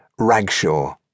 Ragshaw